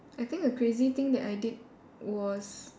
I think the crazy thing that I did was